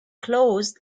closed